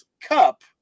Cup